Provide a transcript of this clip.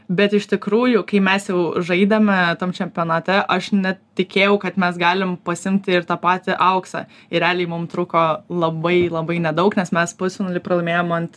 bet iš tikrųjų kai mes jau žaidėme tam čempionate aš netikėjau kad mes galim pasiimti ir tą patį auksą ir realiai mums trūko labai labai nedaug nes mes pusfinalyj pralaimėjom ant